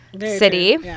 city